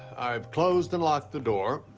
i've closed and locked the door